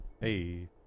hey